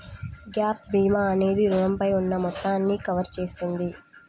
gap భీమా అనేది రుణంపై ఉన్న మొత్తాన్ని కవర్ చేస్తుంది